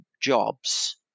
jobs